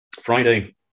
Friday